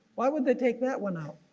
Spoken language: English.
why would they take that one out.